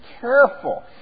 careful